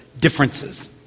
differences